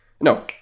no